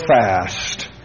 fast